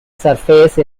surface